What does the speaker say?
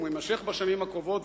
אם הוא יימשך בשנים הקרובות,